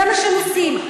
זה מה שהם עושים.